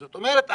זאת אומרת,